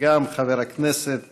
וגם חבר הכנסת